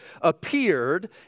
appeared